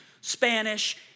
Spanish